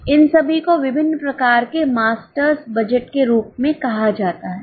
इन सभी को विभिन्न प्रकार के मास्टर्स बजट के रूप में कहा जाता है